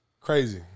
Crazy